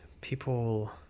people